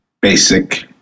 basic